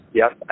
yes